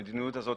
המדיניות הזאת